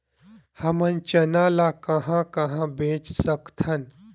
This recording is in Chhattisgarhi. हमन चना ल कहां कहा बेच सकथन?